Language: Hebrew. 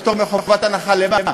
פטור מחובת הנחה לְמה?